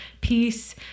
peace